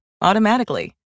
automatically